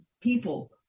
people